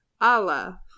Allah